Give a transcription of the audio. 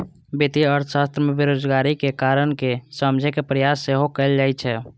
वित्तीय अर्थशास्त्र मे बेरोजगारीक कारण कें समझे के प्रयास सेहो कैल जाइ छै